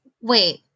Wait